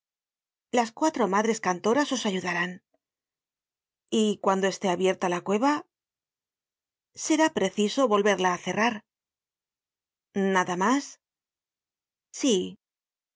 las cuatro madres cantoras os ayudarán y cuando esté abierta la cueva será preciso volverla á cerrar nada mas sí